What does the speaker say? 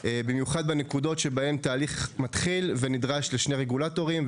במיוחד בנקודות שבהן תהליך מתחיל ונדרש לשני רגולטורים.